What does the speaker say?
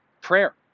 Prayer